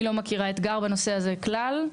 אני לא מכירה אתגר בנושא הזה כלל.